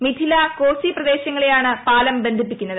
മിഥില കോസി പ്രദേശങ്ങളെയാണ് പാലം ബന്ധിപ്പിക്കുന്നത്